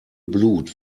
blut